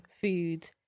food